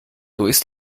ist